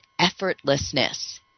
effortlessness